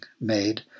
made